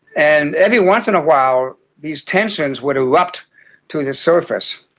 and every once in a while these tensions would erupt to the surface.